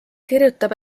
kirjutab